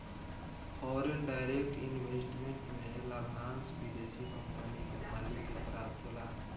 foreign direct investment में लाभांस विदेशी कंपनी के मालिक के प्राप्त होला